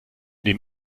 dem